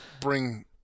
bring